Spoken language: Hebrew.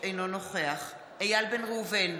אינו נוכח איל בן ראובן,